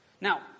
Now